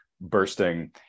bursting